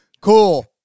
cool